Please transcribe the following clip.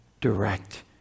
direct